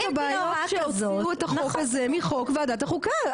הבעיות שיוציאו את החוקה הזה מחוק ועדת החוקה,